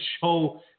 show